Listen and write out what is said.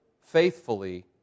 faithfully